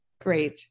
great